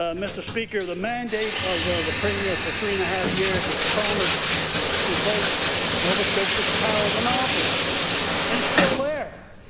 ah mr. speaker, the mandate of ah the premier for three and a half years, his promise to break nova scotia power's monopoly and it's still there.